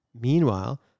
Meanwhile